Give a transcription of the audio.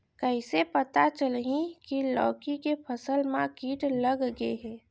कइसे पता चलही की लौकी के फसल मा किट लग गे हे?